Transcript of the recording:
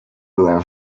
byłem